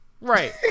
Right